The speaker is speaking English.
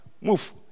Move